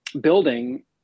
building